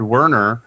Werner